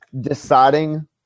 deciding